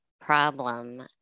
problem